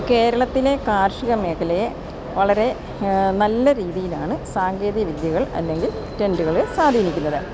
കേരളത്തിലെ കാർഷിക മേഖലയെ വളരെ നല്ല രീതിയിലാണ് സാങ്കേതിക വിദ്യകൾ അല്ലെങ്കിൽ ട്രെൻഡുകള് സ്വാധീനിക്കുന്നത്